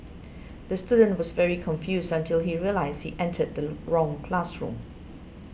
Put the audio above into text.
the student was very confused until he realised he entered the wrong classroom